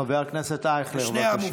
חבר הכנסת אייכלר, בבקשה.